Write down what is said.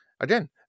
Again